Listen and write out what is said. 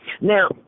now